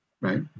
Right